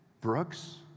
Brooks